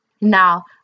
Now